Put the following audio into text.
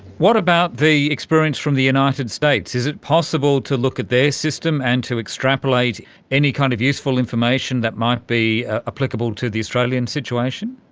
what about the experience from the united states? is it possible to look at their system and to extrapolate any kind of useful information that might be applicable to the australian situation?